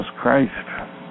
Christ